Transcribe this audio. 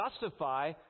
justify